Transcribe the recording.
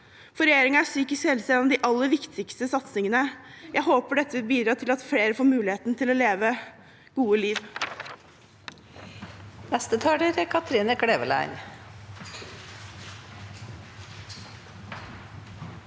For regjeringen er psykisk helse en av de aller viktigste satsingene. Jeg håper dette vil bidra til at flere får muligheten til å leve et godt liv.